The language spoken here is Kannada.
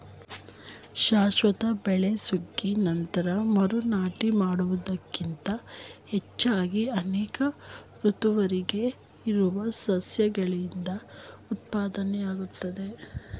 ಶಾಶ್ವತ ಬೆಳೆ ಸುಗ್ಗಿ ನಂತ್ರ ಮರು ನಾಟಿ ಮಾಡುವುದಕ್ಕಿಂತ ಹೆಚ್ಚಾಗಿ ಅನೇಕ ಋತುವರೆಗೆ ಇರುವ ಸಸ್ಯಗಳಿಂದ ಉತ್ಪತ್ತಿಯಾಗ್ತದೆ